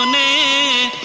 a a